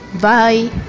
Bye